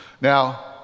Now